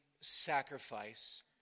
sacrifice